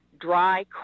dry